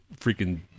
freaking